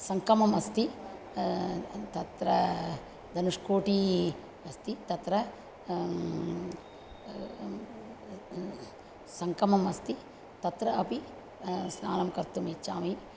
सङ्गमम् अस्ति तत्र धनुष्कोटिः अस्ति तत्र सङ्गमम् अस्ति तत्र अपि स्नानं कर्तुम् इच्छामि